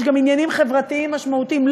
יש גם עניינים חברתיים משמעותיים,